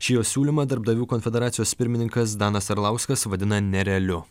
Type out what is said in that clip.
šį jos siūlymą darbdavių konfederacijos pirmininkas danas arlauskas vadina nerealiu